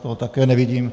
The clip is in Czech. Toho také nevidím.